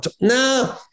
No